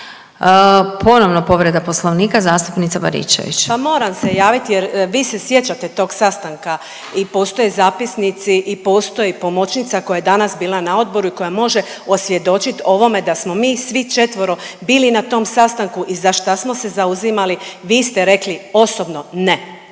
Ponovno povreda Poslovnika zastupnica Baričević. **Baričević, Danica (HDZ)** Pa moram se javiti jer vi se sjećate tog sastanka i postoje zapisnici i postoji pomoćnica koja je danas bila na odboru i koja može osvjedočiti o ovome da smo mi svi četvero bili na tom sastanku i za šta smo se zauzimali. Vi ste rekli osobno ne